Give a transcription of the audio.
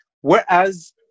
Whereas